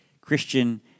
Christian